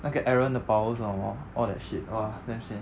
那个 eren 的 powers 是什么 all that shit !wah! damn sian